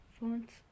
fonts